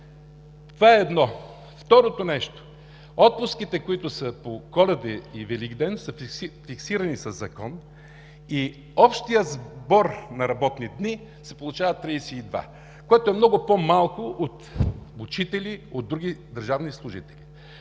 Това е едно. Второто нещо – отпуските, които са по Коледа и Великден, са фиксирани със Закон и общият сбор на работни дни се получава 32, което е много по-малко от учители, от други държавни служители.